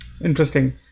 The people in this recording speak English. Interesting